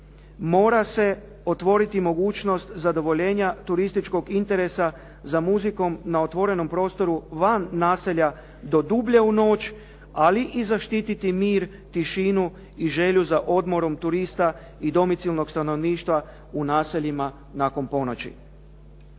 Mora se otvoriti mogućnost zadovoljenja turističkog interesa za muzikom na otvorenom prostoru van naselja do dublje u noć ali zaštiti mir, tišinu i želju za odmorom turista i domicilnog stanovništva u naseljima nakon ponoći.